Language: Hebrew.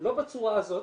לא בצורה הזאת,